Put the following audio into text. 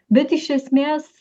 bet iš esmės